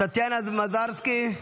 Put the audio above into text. טטיאנה מזרסקי,